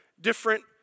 different